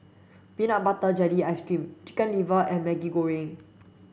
peanut butter jelly ice cream chicken liver and Maggi Goreng